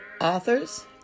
authors